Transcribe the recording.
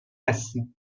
هستیم